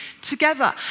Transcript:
together